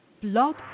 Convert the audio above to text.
blog